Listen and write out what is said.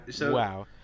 Wow